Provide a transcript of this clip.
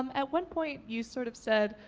um at one point, you sort of said,